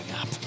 up